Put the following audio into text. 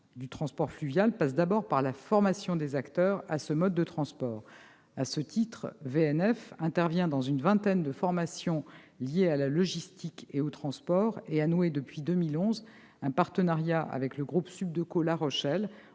du transport fluvial passe d'abord par la formation des acteurs à ce mode de transport. À ce titre, VNF intervient dans une vingtaine de formations liées à la logistique et au transport et a noué, depuis 2011, un partenariat avec le Groupe Sup de Co La Rochelle,